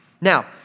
Now